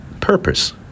purpose